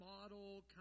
model